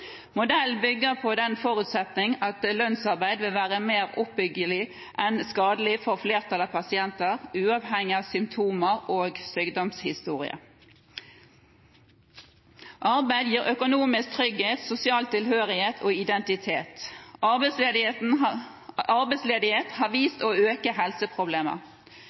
Modellen bygger på den forutsetning at lønnsarbeid vil være mer oppbyggelig enn skadelig for flertallet av pasienter, uavhengig av symptomer og sykdomshistorie. Arbeid gir økonomisk trygghet, sosial tilhørighet og identitet. Arbeidsledighet har vist seg å øke helseproblemer.